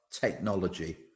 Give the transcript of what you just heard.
technology